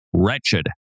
wretched